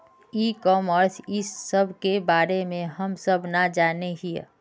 ई commerce इस सब के बारे हम सब ना जाने हीये?